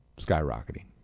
skyrocketing